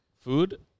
Food